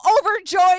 overjoyed